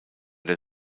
der